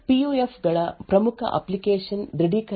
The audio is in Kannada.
ಪಿ ಯು ಎಫ್ ಗಳ ಪ್ರಮುಖ ಅಪ್ಲಿಕೇಶನ್ ದೃಢೀಕರಣಕ್ಕಾಗಿ ಆಗಿದೆ